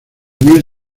miel